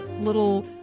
little